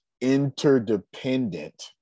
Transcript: interdependent